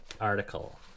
article